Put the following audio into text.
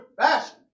fashion